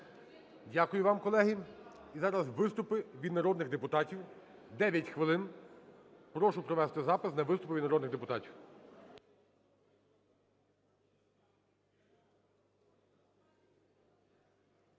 Дякую вам, колеги. І зараз виступи від народних депутатів - 9 хвилин. Прошу провести запис на виступи від народних депутатів.